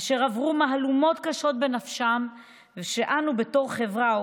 אשר עברו מהלומות קשות בנפשם ושאנו בתור חברה,